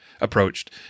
approached